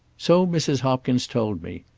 so mrs. hopkins told me.